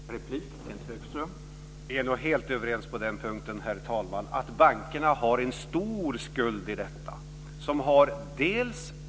Herr talman! Vi är helt överens på den punkten. Bankerna har en stor skuld i detta.